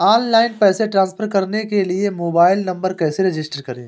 Online पैसे transfer करने के लिए मोबाइल नंबर कैसे रजिस्टर करें?